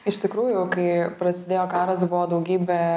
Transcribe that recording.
iš tikrųjų kai prasidėjo karas buvo daugybė